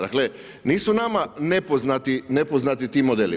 Dakle nisu nama nepoznati ti modeli.